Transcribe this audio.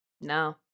No